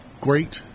great